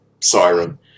siren